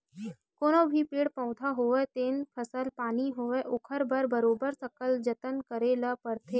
कोनो भी पेड़ पउधा होवय ते फसल पानी होवय ओखर बर बरोबर सकल जतन करे बर परथे